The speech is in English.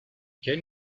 can